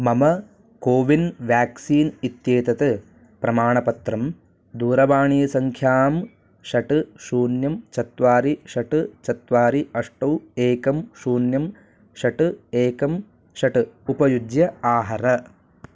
मम कोविन् व्याक्सीन् इत्येतत् प्रमाणपत्रं दूरवाणीसङ्ख्यां षट् शून्यं चत्वारि षट् चत्वारि अष्ट एकं शून्यं षट् एकं षट् उपयुज्य आहर